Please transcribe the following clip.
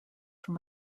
from